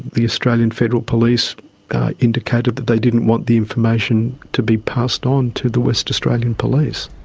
the australian federal police indicated that they didn't want the information to be passed on to the west australian police.